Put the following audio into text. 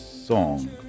song